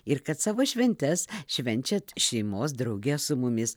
ir kad savo šventes švenčiat šeimos drauge su mumis